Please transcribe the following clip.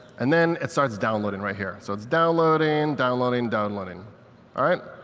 and then it starts downloading right here. so it's downloading, downloading, downloading, all right?